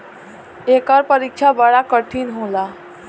एकर परीक्षा बड़ा कठिन होला